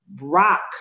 rock